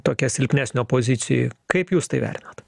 tokia silpnesnio pozicijoj kaip jūs tai vertinat